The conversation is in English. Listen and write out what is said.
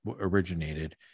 originated